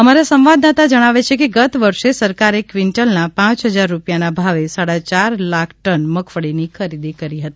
અમારા સંવાદદાતા જણાવે છે કે ગત વર્ષે સરકારે ક્વિન્ટલના પાંચ હજાર રૂપિયાના ભાવે સાડા ચાર લાખ ટન મગફળીની ખરીદી કરી હતી